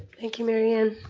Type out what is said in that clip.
thank you mary ann.